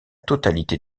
totalité